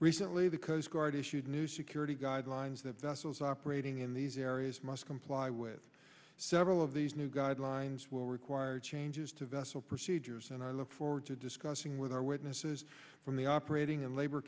recently the coast guard issued new security guidelines that vessels operating in these areas must comply with several of these new guidelines will require changes to vessel procedures and i look forward to discussing with our witnesses from the operating and labor